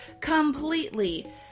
completely